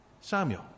Samuel